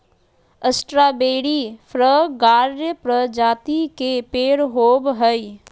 strawberry फ्रगार्य प्रजाति के पेड़ होव हई